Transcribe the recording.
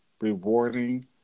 rewarding